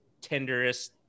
tenderest